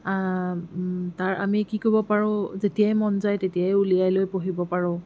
তাৰ আমি কি কৰিব পাৰোঁ যেতিয়াই মন যায় তেতিয়াই উলিয়াই লৈ পঢ়িব পাৰোঁ